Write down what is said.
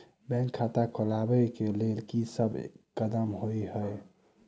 Bank खाता खोलबाबै केँ लेल की सब कदम होइ हय?